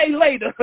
later